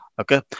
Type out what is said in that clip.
Okay